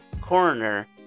coroner